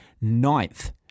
ninth